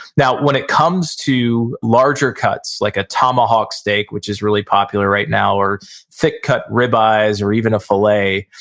now, when it comes to larger cuts, like a tomahawk tomahawk steak, which is really popular right now, or thick cut ribeyes or even a fillet,